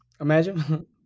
Imagine